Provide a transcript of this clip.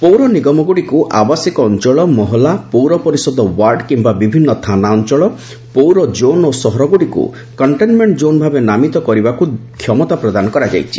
ପୌରନିଗମଗୁଡ଼ିକୁ ଆବାସିକ ଅଞ୍ଚଳ ମୋହଲା ପୌର ପରିଷଦ ୱାର୍ଡ୍ କିମ୍ବା ବିଭିନ୍ନ ଥାନା ଅଞ୍ଚଳ ପୌର ଜୋନ୍ ଓ ସହରଗୁଡ଼ିକୁ କଣ୍ଟେନ୍ମେଣ୍ଟ ଜୋନ୍ ଭାବେ ନାମିତ କରିବାକୁ କ୍ଷମତା ପ୍ରଦାନ କରାଯାଇଛି